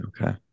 Okay